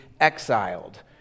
exiled